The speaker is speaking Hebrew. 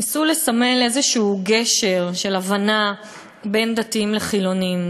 ניסו לסמל גשר כלשהו של הבנה בין דתיים לחילונים.